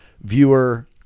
viewer